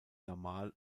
normal